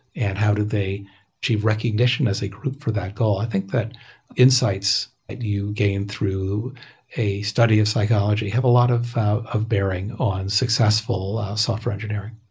and how do they achieve recognition as a group for that goal? i think that insights that you gain through a study of psychology have a lot of of bearing on successful software engineering.